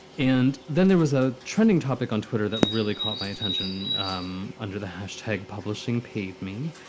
and then there was a trending topic on twitter that really caught my attention um under the hashtag publishing paid me,